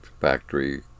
factory